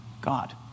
God